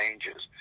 changes